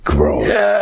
Gross